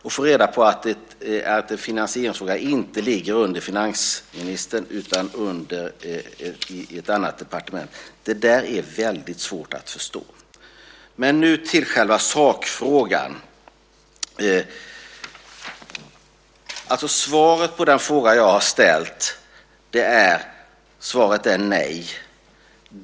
Jag fick reda på att ett en finansieringsfråga inte ligger under finansministern utan under ett annat departementet. Det är svårt att förstå. Nu övergår jag till själva sakfrågan. Svaret på den fråga jag har ställt är nej.